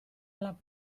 alla